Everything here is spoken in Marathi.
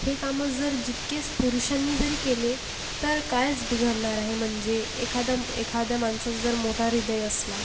हे काम जर जितकेच पुरुषांनी जरी केले तर काहीच बिघडणार आहे म्हणजे एखाद एखाद्या माणसाचा जर मोठा हृदय असला